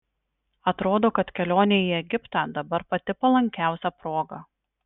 atrodo kad kelionei į egiptą dabar pati palankiausia proga